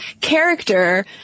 character